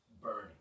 burning